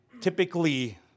typically